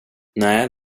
nej